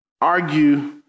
argue